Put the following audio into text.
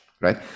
right